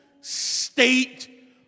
state